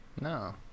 no